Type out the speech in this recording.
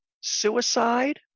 suicide